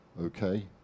okay